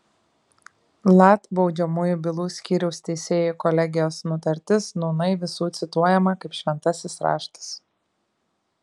lat baudžiamųjų bylų skyriaus teisėjų kolegijos nutartis nūnai visų cituojama kaip šventasis raštas